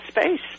space